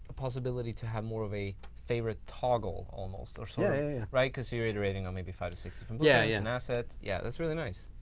possibility to have more of a favorite toggle almost, so right? because you're iterating on maybe five to six different yeah yeah and assets. yeah, that's really nice.